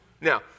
Now